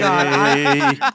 God